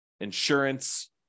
insurance